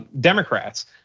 Democrats